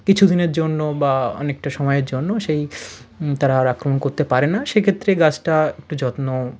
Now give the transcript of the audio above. কিছুদিনের জন্য বা অনেকটা সময়ের জন্য সেই তারা আর আক্রমণ করতে পারে না সেক্ষেত্রে গাছটা একটু যত্ন